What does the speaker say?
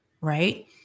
Right